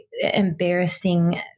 embarrassing